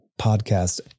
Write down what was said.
podcast